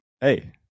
Hey